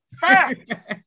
Facts